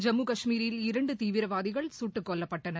ஜம்மு கஷ்மீரில் இரண்டுதீவிரவாதிகள் சுட்டுக்கொல்லப்பட்டனர்